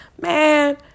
man